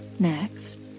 Next